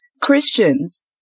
Christians